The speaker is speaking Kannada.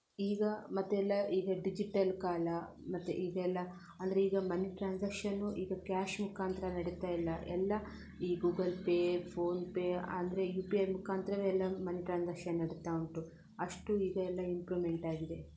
ಈಗ ಮತ್ತೆಲ್ಲ ಈಗ ಡಿಜಿಟಲ್ ಕಾಲ ಮತ್ತೆ ಈಗ ಎಲ್ಲ ಅಂದರೆ ಈಗ ಮನಿ ಟ್ರಾನ್ಸಾಕ್ಷನು ಈಗ ಕ್ಯಾಷು ಮುಖಾಂತರ ನಡೀತಾ ಇಲ್ಲ ಎಲ್ಲ ಈ ಗೂಗಲ್ ಪೇ ಫೋನ್ ಪೇ ಅಂದರೆ ಯು ಪಿ ಐ ಮುಖಾಂತರವೇ ಎಲ್ಲ ಮನಿ ಟ್ರಾನ್ಸಾಕ್ಷನ್ ನಡೀತಾ ಉಂಟು ಅಷ್ಟು ಈಗ ಎಲ್ಲ ಇಂಪ್ರೂವ್ಮೆಂಟ್ ಆಗಿದೆ